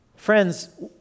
Friends